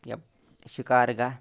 شِکار گاہ